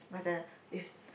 but the if